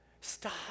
Stop